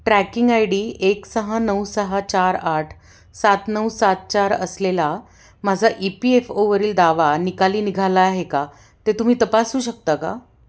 tracking I D एक सहा नऊ सहा चार आठ सात नऊ सात चार असलेला माझा ई पी एफ ओवरील दावा निकाली निघाला आहे का ते तुम्ही तपासू शकता का